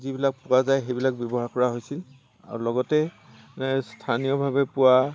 যিবিলাক পোৱা যায় সেইবিলাক ব্যৱহাৰ কৰা হৈছিল আৰু লগতে স্থানীয়ভাৱে পোৱা